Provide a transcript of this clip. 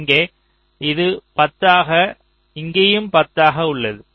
இங்கே இது 10 ஆக இங்கேயும் 10 ஆக உள்ளது